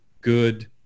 good